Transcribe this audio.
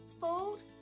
fold